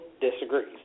disagrees